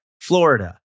Florida